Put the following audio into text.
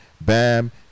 bam